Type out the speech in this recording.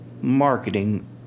marketing